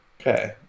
Okay